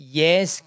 yes